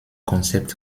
concept